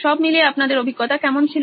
সব মিলিয়ে আপনাদের অভিজ্ঞতা কেমন ছিল